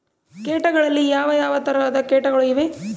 ಕೇಟಗಳಲ್ಲಿ ಯಾವ ಯಾವ ತರಹದ ಕೇಟಗಳು ಇವೆ?